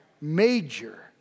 major